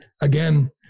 again